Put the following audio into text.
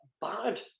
bad